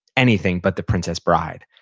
anything but the princess bride.